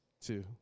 two